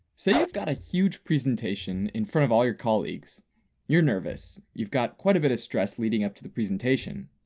say you've got a huge presentation in front of all your colleagues you're nervous, you've got quite a bit of stress leading up to the presentation.